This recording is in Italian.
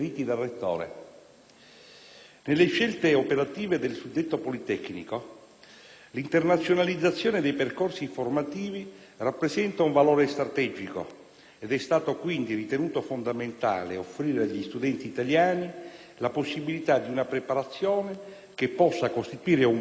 Nelle scelte operative del suddetto Politecnico, l'internazionalizzazione dei percorsi formativi rappresenta un valore strategico ed è stato quindi ritenuto fondamentale offrire agli studenti italiani la possibilità di una preparazione che possa costituire un vantaggio competitivo